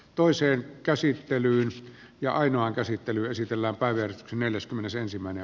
toiseen käsittelyyn ja ainoan käsittely esitellä päivien neljäskymmenesensimmäinen